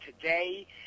today